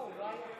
להתחיל?